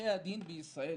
עורכי הדין בישראל,